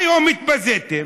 היום התבזיתם